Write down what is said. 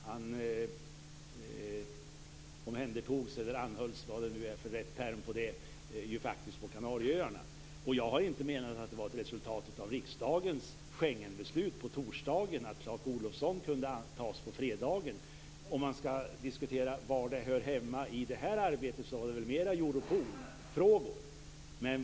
Han omhändertogs eller anhölls - vad den rätta termen nu är - ju faktiskt på Kanarieöarna. Jag har inte menat att det var ett resultat av riksdagens Schengenbeslut på torsdagen att Clark Om man skall diskutera var detta hör hemma i det här arbetet, hamnar man närmare Europolfrågorna.